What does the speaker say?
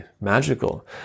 magical